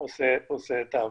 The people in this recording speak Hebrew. עושה את העבודה.